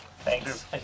Thanks